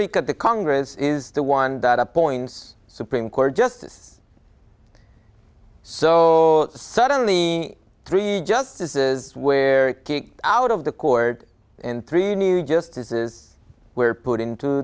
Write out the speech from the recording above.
rica the congress is the one that appoints supreme court justice so suddenly three justices where out of the court and three new justices were put into